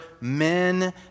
men